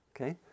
Okay